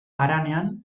haranean